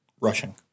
rushing